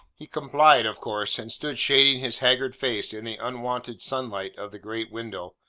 he complied of course, and stood shading his haggard face in the unwonted sunlight of the great window,